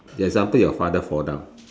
example your father fall down